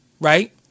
right